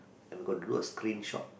and we got to do a screenshot